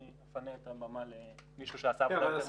אני אפנה את הבמה למישהו שעשה עבודה.